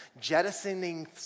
jettisoning